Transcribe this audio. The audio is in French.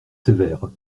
sévère